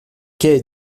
quai